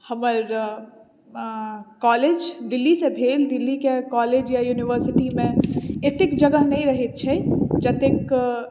हमर कॉलेज दिल्ली से भेल दिल्लीके कॉलेज या यूनिवर्सिटीमे एतेक जगह नहि रहै छै जतेक